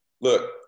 look